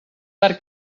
per